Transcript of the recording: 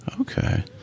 Okay